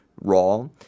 raw